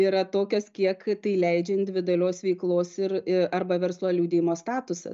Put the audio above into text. yra tokios kiek tai leidžia individualios veiklos ir arba verslo liudijimo statusas